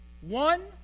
one